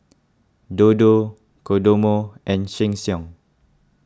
Dodo Kodomo and Sheng Siong